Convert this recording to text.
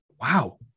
wow